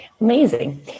Amazing